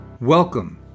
Welcome